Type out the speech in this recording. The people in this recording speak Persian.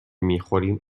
میخوریم